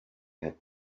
had